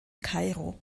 kairo